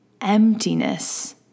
emptiness